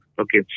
Okay